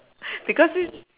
because this